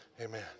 Amen